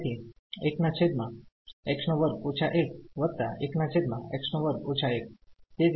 તેથી આ x2 1 હશે અને x2 1 તેથી